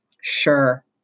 Sure